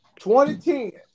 2010